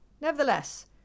Nevertheless